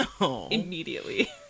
Immediately